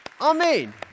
Amen